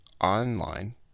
online